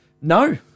No